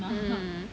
mm